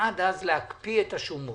ועד אז להקפיא את השומות,